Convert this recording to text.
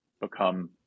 become